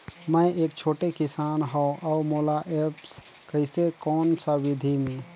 मै एक छोटे किसान हव अउ मोला एप्प कइसे कोन सा विधी मे?